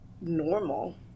normal